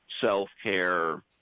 self-care